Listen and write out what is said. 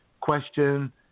question